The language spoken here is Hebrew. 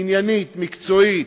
עניינית, מקצועית,